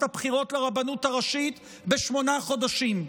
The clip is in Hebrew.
הבחירות לרבנות הראשית בשמונה חודשים,